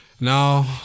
now